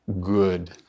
good